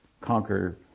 conquer